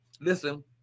Listen